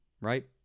right